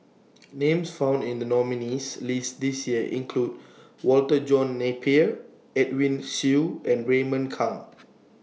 Names found in The nominees' list This Year include Walter John Napier Edwin Siew and Raymond Kang